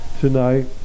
tonight